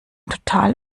total